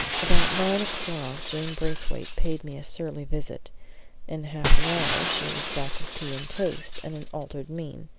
about nine o'clock jane braithwaite paid me a surly visit in half an hour she was back with tea and toast and an altered mien.